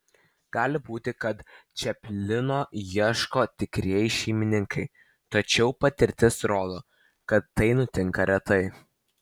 gali būti kad čaplino ieško tikrieji šeimininkai tačiau patirtis rodo kad tai nutinka retai